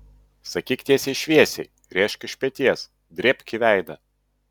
sakyk tiesiai šviesiai rėžk iš peties drėbk į veidą